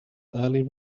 early